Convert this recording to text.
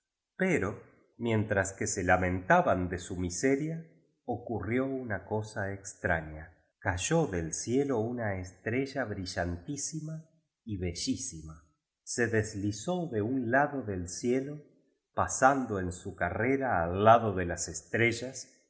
pero mientras que se lamentaban de su miseria ocurrió una cosa extraña cayó del cielo una estrella brillantísima y bellísima se deslizó de un lado del cielo pasando en su carrera al lado de otras estrellas